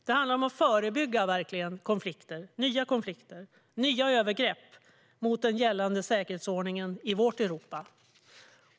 Det handlar om att förebygga nya konflikter och nya övergrepp mot den gällande säkerhetsordningen i vårt Europa.